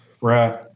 Right